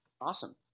Awesome